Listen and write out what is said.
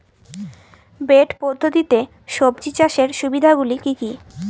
Bed পদ্ধতিতে সবজি চাষের সুবিধাগুলি কি কি?